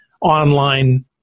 online